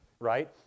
Right